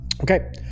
Okay